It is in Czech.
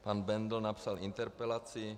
Pan Bendl napsal interpelaci.